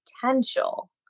potential